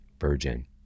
Virgin